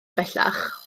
bellach